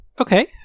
okay